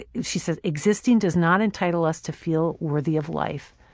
she says existing does not entitle us to feel worthy of life.